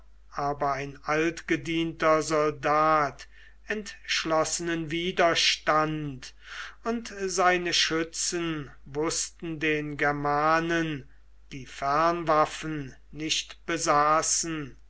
aber ein altgedienter soldat entschlossenen widerstand und seine schützen wußten den germanen die fernwaffen nicht besaßen